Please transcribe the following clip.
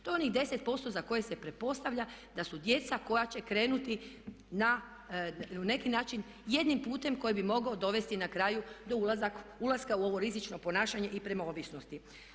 To je onih 10% za koje se pretpostavlja da su djeca koja će krenuti na neki način jednim putem koji bi mogao dovesti na kraju do ulaska u ovo rizično ponašanje i prema ovisnosti.